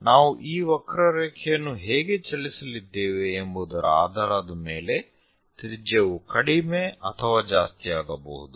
ನಾವು ಈ ವಕ್ರರೇಖೆಯನ್ನು ಹೇಗೆ ಚಲಿಸಲಿದ್ದೇವೆ ಎಂಬುವುದರ ಆಧಾರದ ಮೇಲೆ ತ್ರಿಜ್ಯವು ಕಡಿಮೆ ಅಥವಾ ಜಾಸ್ತಿಯಾಗಬಹುದು